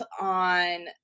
on